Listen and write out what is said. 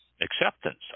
acceptance